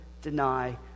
deny